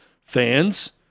fans